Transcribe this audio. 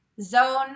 zone